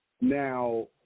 Now